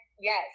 yes